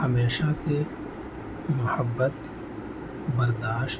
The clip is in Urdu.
ہمیشہ سے محبت برداشت